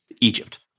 Egypt